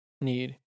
need